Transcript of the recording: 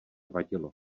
vadilo